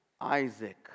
Isaac